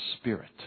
spirit